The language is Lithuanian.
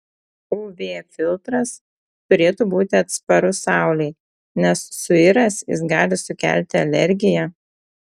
uv filtras turėtų būti atsparus saulei nes suiręs jis gali sukelti alergiją